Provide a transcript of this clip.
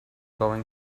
going